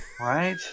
Right